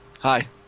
Hi